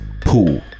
pool